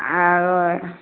आओर